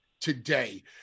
today